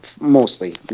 mostly